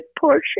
portion